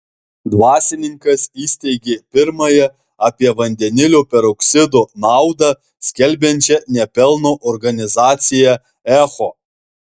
dvasininkas įsteigė pirmąją apie vandenilio peroksido naudą skelbiančią ne pelno organizaciją echo